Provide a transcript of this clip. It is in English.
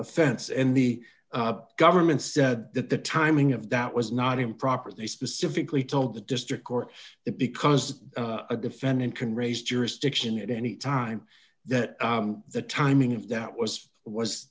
offense and the government said that the timing of that was not improper they specifically told the district court that because a defendant can raise jurisdiction at any time that the timing of that was was